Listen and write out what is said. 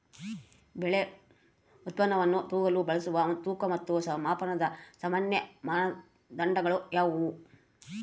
ಬೆಳೆ ಉತ್ಪನ್ನವನ್ನು ತೂಗಲು ಬಳಸುವ ತೂಕ ಮತ್ತು ಮಾಪನದ ಸಾಮಾನ್ಯ ಮಾನದಂಡಗಳು ಯಾವುವು?